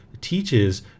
teaches